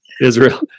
Israel